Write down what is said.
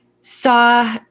saw